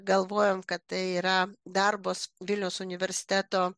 galvojom kad tai yra darbas vilniaus universiteto